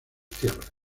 tierras